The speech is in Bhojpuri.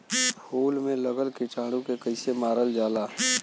फूल में लगल कीटाणु के कैसे मारल जाला?